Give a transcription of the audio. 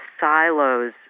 silos